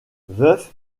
veuf